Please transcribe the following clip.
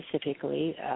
specifically